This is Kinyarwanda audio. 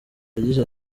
yagize